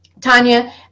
Tanya